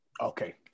Okay